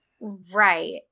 Right